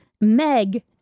Meg